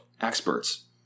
experts